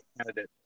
candidates